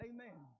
Amen